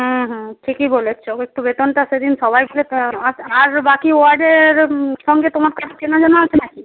হুম হুম ঠিকই বলেছ একটু বেতনটা সেদিন সবাই মিলে আর বাকি ওয়ার্ডের সঙ্গে তোমার চেনা জানা আছে না কি